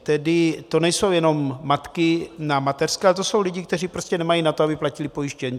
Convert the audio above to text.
Tedy to nejsou jenom matky na mateřské, ale to jsou lidé, kteří prostě nemají na to, aby platili pojištění.